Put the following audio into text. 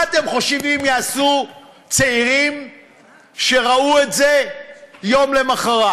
מה אתם חושבים יעשו צעירים שראו את זה יום למחרת?